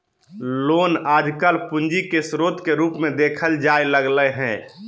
loan आजकल पूंजी के स्रोत के रूप मे देखल जाय लगलय हें